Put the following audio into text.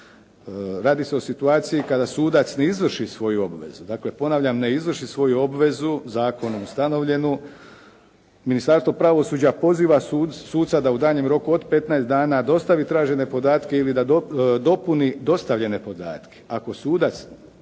Radi se o situaciji kada sudac ne izvrši svoju obvezu, dakle ponavljam ne izvrši svoju obvezu zakonom ustanovljenu, Ministarstvo pravosuđa poziva suca da u daljnjem roku od 15 dana dostavi tražene podatke ili da dopuni dostavljene podatke. Ako sudac